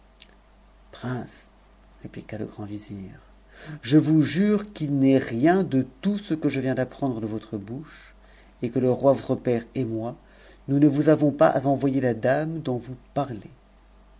le grand vizir je vous jure qu'il n'est rien de m ce que je viens d'apprendre de votre bouche et que le roi votre per et moi nous ne vous avons pas envoyé la dame dont vous parlez